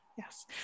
Yes